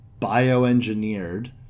bioengineered